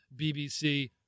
BBC